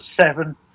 seven